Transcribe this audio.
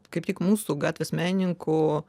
kaip tik mūsų gatvės menininkų